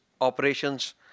Operations